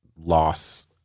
loss